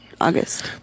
August